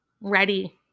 ready